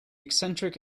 eccentric